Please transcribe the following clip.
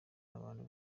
abantu